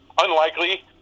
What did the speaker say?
unlikely